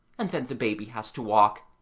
and then the baby has to walk.